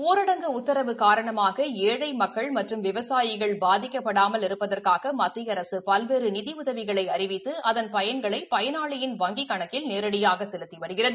ஊரடங்கு உத்தரவு காரணமாக ஏழை மக்கள் மற்றும் விவசாயிகள் பாதிக்கப்படாமல் இருப்பதற்காக மத்திய அரசு பல்வேறு நிதி உதவிகளை அறிவித்து அதன் பயன்களை பயனாளியின் வங்கிக் கணக்கில் நேரடியாக செலுத்தி வருகிறது